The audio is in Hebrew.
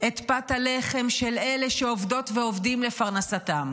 את פת הלחם של אלה שעובדות ועובדים לפרנסתם.